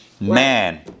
man